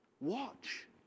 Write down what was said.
Watch